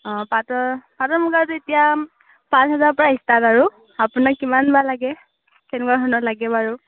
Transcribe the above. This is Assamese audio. আ পাটৰ পাটৰ মুগাৰতো এতিয়া পাঁচ হাজাৰৰ পৰা ষ্টাৰ্ট আৰু আপোনাক কিমান বা লাগে কেনেকুৱা ধৰণৰ লাগে বাৰু